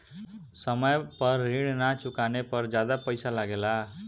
समय पर ऋण ना चुकाने पर ज्यादा पईसा लगेला?